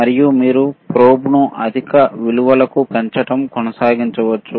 మరియు మీరు ప్రోబ్ను అధిక విలువలకు పెంచడం కొనసాగించవచ్చు